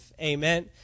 Amen